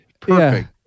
Perfect